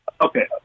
Okay